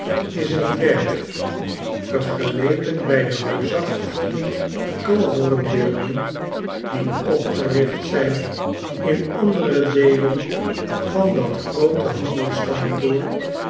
is een dwerg vergeleken bij de reusachtige kalverenbeelden die opgericht zijn in andere deelen van dat groote